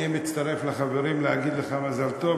אני מצטרף לחברים ואומר לך מזל טוב,